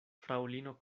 fraŭlino